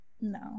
No